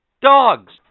dogs